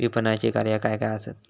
विपणनाची कार्या काय काय आसत?